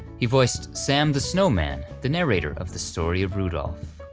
he voiced sam the snowman, the narrator of the story of rudolph.